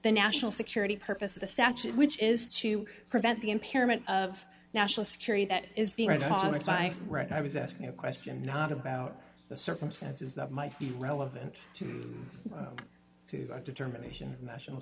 the national security purpose of the statute which is to prevent the impairment of national security that is being abolished by right i was asking a question not about the circumstances that might be relevant to to a determination national